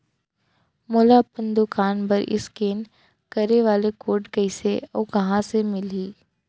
मोला अपन दुकान बर इसकेन करे वाले कोड कइसे अऊ कहाँ ले मिलही?